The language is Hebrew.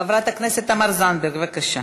חברת הכנסת תמר זנדברג, בבקשה.